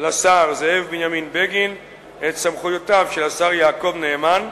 לשר זאב בנימין בגין את סמכויותיו של השר יעקב נאמן,